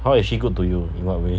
how is she good to you in what way